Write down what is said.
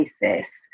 basis